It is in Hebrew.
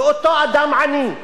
לאותו אדם עני,